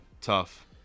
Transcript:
Tough